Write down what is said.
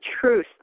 truth